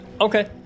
Okay